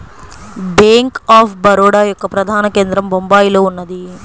bank of Baroda యొక్క ప్రధాన కేంద్రం బొంబాయిలో ఉన్నది